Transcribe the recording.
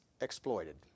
exploited